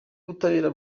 ubutabera